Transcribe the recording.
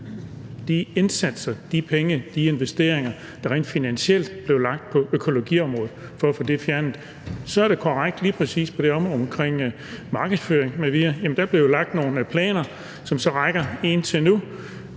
de indsatser, de penge, de investeringer, der rent finansielt blev lagt på økologiområdet for at få det fjernet. Så er det korrekt, at lige præcis på det område omkring markedsføring m.v. blev der lagt nogle planer, som rækker indtil nu.